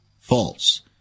False